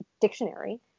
dictionary